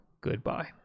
Goodbye